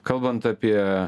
kalbant apie